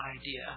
idea